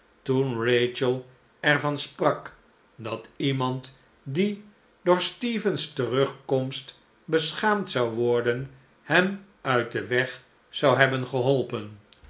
er van sprak dat iemand die door stephen's terugkomst beschaamd zou worden hem uit den weg zou hebben geholpen